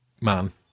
man